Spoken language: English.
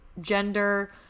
gender